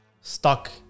stuck